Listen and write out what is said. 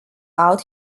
out